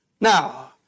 now